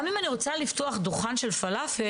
גם אם אני רוצה לפתוח דוכן של פלאפל,